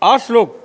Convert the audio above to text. આ શ્લોક